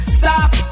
stop